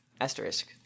Asterisk